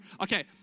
Okay